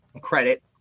credit